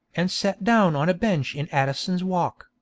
and sat down on a bench in addison's walk,